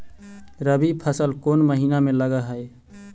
रबी फसल कोन महिना में लग है?